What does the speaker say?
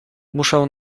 muszę